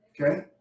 Okay